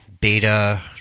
beta